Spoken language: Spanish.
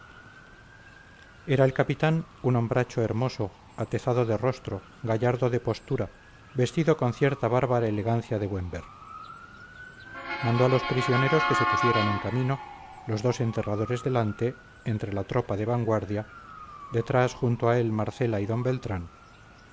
era el capitán un hombracho hermoso atezado de rostro gallardo de postura vestido con cierta bárbara elegancia de buen ver mandó a los prisioneros que se pusieran en camino los dos enterradores delante entre la tropa de vanguardia detrás junto a él marcela y d beltrán